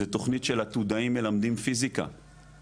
זה תכנית של עתודאים מלמדים פיסיקה,